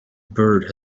byrd